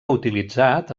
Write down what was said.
utilitzat